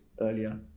earlier